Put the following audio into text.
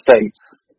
States